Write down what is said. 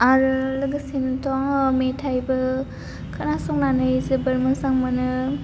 आरो लोगोसेनोथ' मेथाइबो खोनासंनानै जोबोद मोजां मोनो